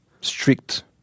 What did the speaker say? strict